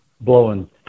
blowing